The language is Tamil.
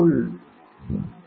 புள் FL